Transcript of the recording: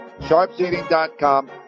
sharpseating.com